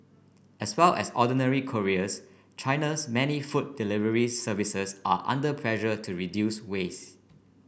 as well as ordinary couriers China's many food delivery services are under pressure to reduce waste